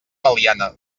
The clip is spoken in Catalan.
meliana